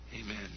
Amen